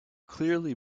clearly